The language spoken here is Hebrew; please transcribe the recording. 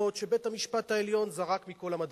שבית-המשפט העליון זרק מכל המדרגות.